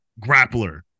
grappler